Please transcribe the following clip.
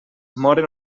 moren